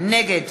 נגד